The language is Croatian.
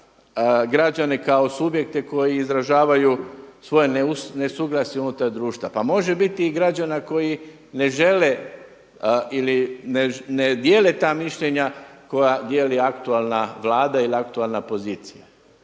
građane kao subjekte koji izražavaju svoje nesuglasje unutar društva. Pa može biti i građana koji ne žele ili ne dijele ta mišljenja koja dijeli aktualna Vlada ili aktualna pozicija